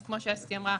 אז כמו שאסתי אמרה,